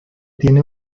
tiene